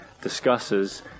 discusses